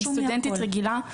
אני סטודנטית רגילה.